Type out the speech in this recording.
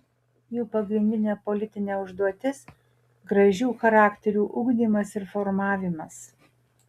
jų pagrindinė politinė užduotis gražių charakterių ugdymas ir formavimas